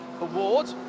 Award